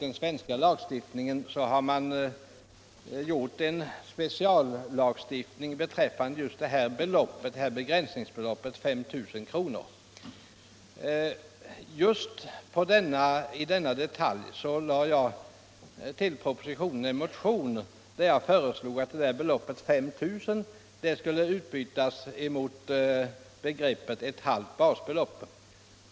I Sverige har man gjort en speciallagstiftning beträffande begränsningsbeloppet 5 000 kr. I fråga om denna detalj väckte jag i anledning av propositionen en motion, där jag föreslog att ”5 000 kr.” skulle utbytas mot begreppet ”ett halvt basbelopp”.